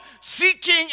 seeking